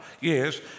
Yes